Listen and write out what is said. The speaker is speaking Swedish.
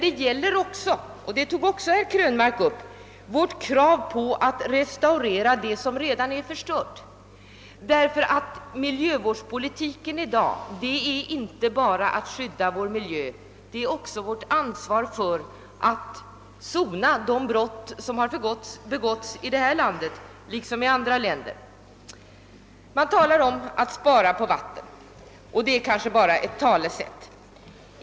Det gäller emellertid också, såsom herr Krönmark nämnde, vårt krav på att det som redan förstörts skall restaureras. Dagens miljövårdspolitik skall inte vara inriktad enbart på att skydda vår miljö utan skall också vara ett uttryck för vårt ansvar för att de brott, som begåtts på detta område i vårt land liksom i andra länder, blir sonade. Det talas om att man skall spara på vatten, men det är nu kanske bara ett talesätt.